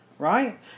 Right